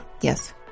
yes